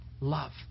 Love